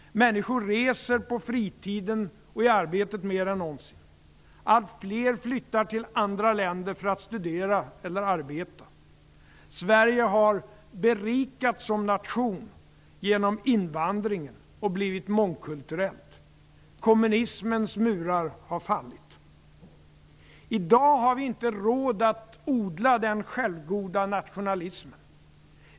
Människor reser på fritiden och i arbetet mer än någonsin. Allt fler flyttar till andra länder för att studera eller arbeta. Sverige har berikats som nation genom invandring och blivit mångkulturellt. Kommunismens murar har fallit. I dag har vi inte råd att odla den självgoda nationalismen.